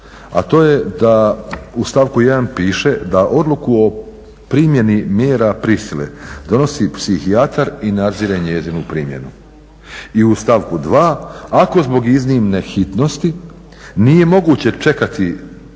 A to je da u stavku 1. piše da odluku o primjeni mjere prisile donosi psihijatar i nadzire njezinu primjenu. I u stavku 2. ako zbog iznimne hitnosti nije moguće čekati